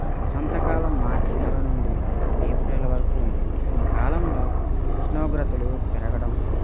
వసంతకాలం మార్చి నెల నుండి ఏప్రిల్ వరకు ఉంటుంది ఈ కాలంలో ఉష్ణోగ్రతలు పెరగడం